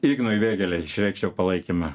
ignui vėgėlei išreikščiau palaikymą